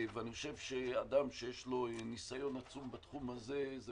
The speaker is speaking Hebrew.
אני חושב שלאדם שיש ניסיון עצום בתחום הזה יש